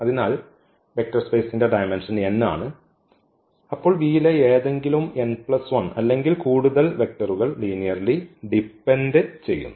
അതിനാൽ വെക്റ്റർ സ്പെയ്സിന്റെ dimension n ആണ് അപ്പോൾ V ലെ ഏതെങ്കിലും n1 അല്ലെങ്കിൽ കൂടുതൽ വെക്റ്ററുകൾ ലീനിയർലി ഡിപെൻഡ് ചെയ്യുന്നു